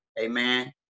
Amen